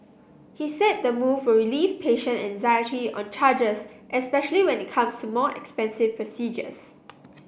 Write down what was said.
he said the move will relieve patient anxiety on charges especially when it comes to more expensive procedures